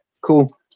cool